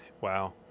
Wow